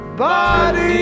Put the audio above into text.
body